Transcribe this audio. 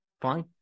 fine